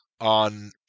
on